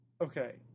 okay